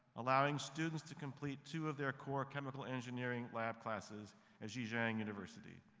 allowing students to complete two of their core chemical engineering lab classes at zheijiang university.